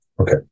Okay